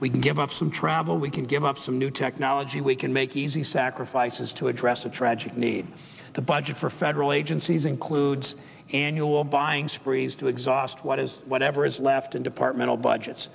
we can give up some travel we can give up some new technology we can make easy sacrifices to address a tragic need the budget for federal agencies includes annual buying sprees to exhaust what is whatever is left in departmental budgets